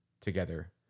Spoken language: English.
together